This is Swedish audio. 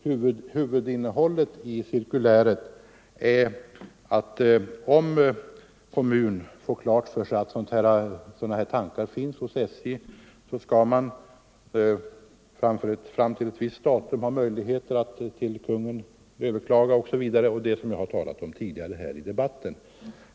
Huvudinnehållet i cirkuläret är att om en kommun får klart för sig att sådana här planer finns hos SJ har man från ett visst datum möjlighet att hos Konungen överklaga. Det har jag talat om tidigare här i debatten.